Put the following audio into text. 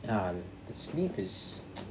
ya the sneakers